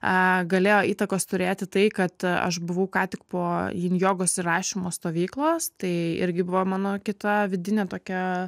e galėjo įtakos turėti tai kad aš buvau ką tik po jin jogos ir rašymo stovyklos tai irgi buvo mano kita vidinė tokia